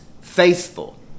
faithful